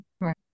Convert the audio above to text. Right